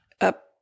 up